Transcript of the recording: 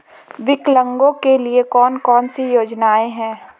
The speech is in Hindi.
विकलांगों के लिए कौन कौनसी योजना है?